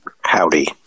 Howdy